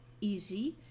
easy